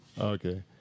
Okay